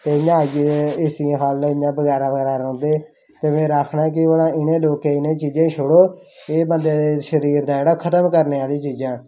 ते इ'यां अज्ज एसी हालें इ'यां बगैरा बगैरा रौंह्दे ते इयां मेरा आक्खना कि उ'नें लोकें गी इ'नें चीजें गी छुड़ो एह् बंदे दा शरीर दा जेह्ड़ा खतम करने आह्लियां चीजां न